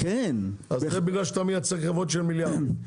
זה בגלל שאתה מייצג חברות של מיליארדים.